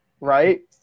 Right